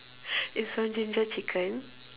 it's from jinjja chicken